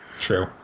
True